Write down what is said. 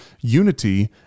unity